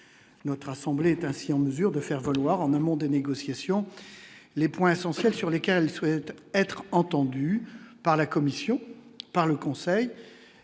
notre assemblée est ainsi en mesure de faire. Vouloir en amont des négociations les points essentiels sur lesquels souhaite être entendu par la commission par le Conseil,